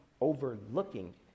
overlooking